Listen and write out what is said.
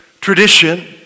tradition